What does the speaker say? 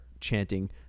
chanting